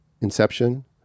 Inception